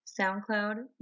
SoundCloud